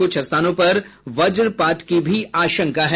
कुछ स्थानों पर वज्रपात की भी आशंका है